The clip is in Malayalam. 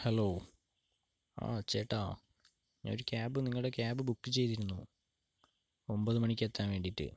ഹലോ ആ ചേട്ടാ ഒരു ക്യാബ് നിങ്ങളുടെ ക്യാബ് ബുക്ക് ചെയ്തിരുന്നു ഒമ്പത് മണിക്കെത്താൻ വേണ്ടിയിട്ട്